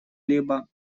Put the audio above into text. либо